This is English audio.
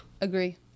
Agree